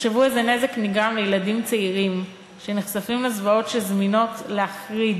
תחשבו איזה נזק נגרם לילדים צעירים שנחשפים לזוועות שזמינות להחריד